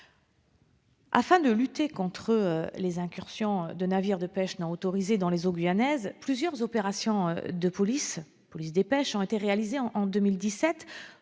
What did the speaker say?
Afin de lutter contre les incursions de navires de pêche non autorisés dans les eaux guyanaises, plusieurs opérations de police des pêches ont été réalisées en 2017,